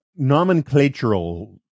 Nomenclatural